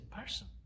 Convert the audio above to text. person